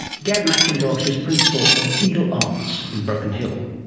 gab mcintosh is principal of eagle arts in broken hill.